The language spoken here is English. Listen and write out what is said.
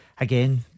again